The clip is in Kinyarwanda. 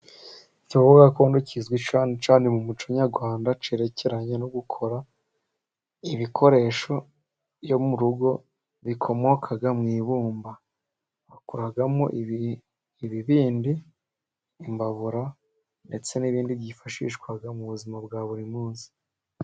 Ikigo gakondo kizwi cyane cyane mu muco nyarwanda kerekeranye no gukora ibikoresho byo mu rugo bikomokaga mu ibumba. Bakoramo ibibindi, imbabura ndetse n'ibindi byifashishwa mu buzima bwa buri munsi.